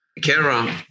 Kara